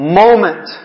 moment